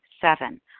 Seven